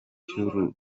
cy’uru